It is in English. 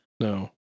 No